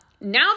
now